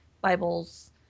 Bible's